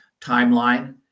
timeline